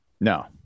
No